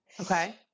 Okay